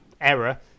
error